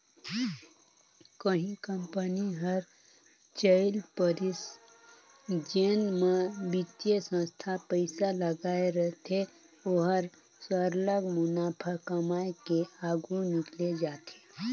कहीं कंपनी हर चइल परिस जेन म बित्तीय संस्था पइसा लगाए रहथे ओहर सरलग मुनाफा कमाए के आघु निकेल जाथे